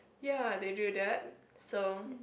ya they do that so